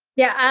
yeah,